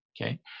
Okay